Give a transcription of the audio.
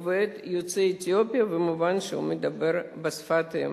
יוצא אתיופיה ומובן שהוא מדבר בשפת האם.